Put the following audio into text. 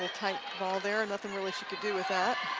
tight ball there. nothing really she could do with that.